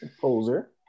poser